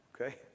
Okay